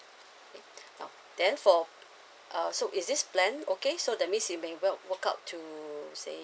okay now then for uh so in this plan okay so that means you may will work out to let say